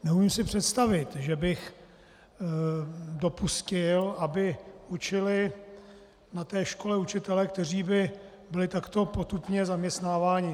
Neumím si představit, že bych dopustil, aby učili na té škole učitelé, kteří by byli takto potupně zaměstnáváni.